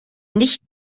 nicht